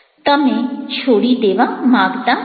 તમે છોડી દેવા માંગતા નથી